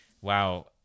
Wow